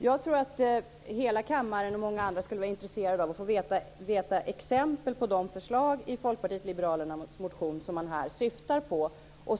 Jag tror att hela kammaren och många andra skulle vara intresserade av att få veta exempel på de förslag i Folkpartiet liberalernas motion som man här syftar på.